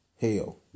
Hell